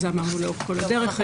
זה אמרנו לאורך כל הדרך.